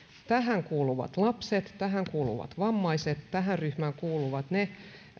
tähän kuuluvat lapset tähän kuuluvat vammaiset tähän ryhmään kuuluvat ne